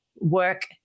work